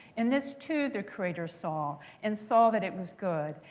and this, too, the creator saw and saw that it was good.